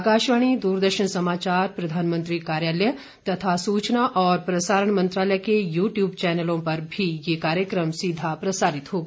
आकाशवाणी द्रदर्शन समाचार प्रधानमंत्री कार्यालय तथा सूचना और प्रसारण मंत्रालय के यू ट्यूब चैनलों पर भी ये कार्यक्रम सीधा प्रसारित होगा